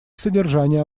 содержание